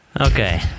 Okay